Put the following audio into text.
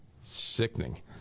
Sickening